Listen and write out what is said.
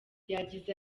yagize